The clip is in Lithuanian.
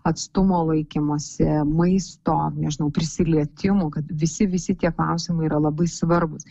atstumo laikymosi maisto nežinau prisilietimų kad visi visi tie klausimai yra labai svarbūs